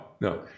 no